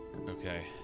Okay